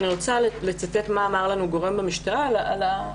אני רוצה לצטט מה אמר לנו גורם במשטרה לגבי